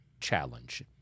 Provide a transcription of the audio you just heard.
challenge